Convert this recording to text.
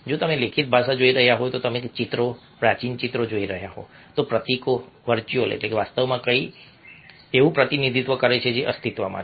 જો તમે લેખિત ભાષા જોઈ રહ્યા હોવ જો તમે ચિત્રો પ્રાચીન ચિત્રો જોઈ રહ્યા હોવ તો પ્રતીકો વર્ચ્યુઅલવાસ્તવમાંરીતે કંઈક એવું પ્રતિનિધિત્વ કરે છે જે અસ્તિત્વમાં છે